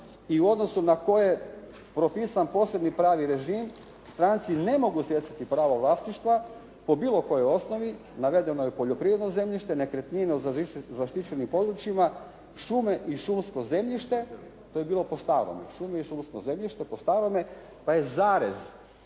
i u odnosu na koje je propisan posebni pravi režim stranci ne mogu stjecati pravo vlasništva po bilo kojoj osnovi navedeno je poljoprivredno zemljište, nekretnine u zaštićenim područjima, šume i šumsko zemljište, to je bilo po starome pa je zarez